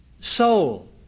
soul